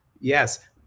yes